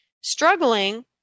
struggling